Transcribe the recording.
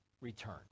return